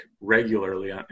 regularly